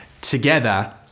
together